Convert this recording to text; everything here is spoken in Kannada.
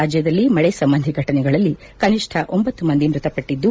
ರಾಜ್ಯದಲ್ಲಿ ಮಳೆ ಸಂಬಂಧಿ ಫಟನೆಗಳಲ್ಲಿ ಕನಿಷ್ಟ ಒಂಬತ್ತು ಮಂದಿ ಮೃತಪಟ್ಟದ್ಲು